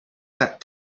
that